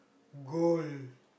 gold